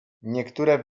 niektóre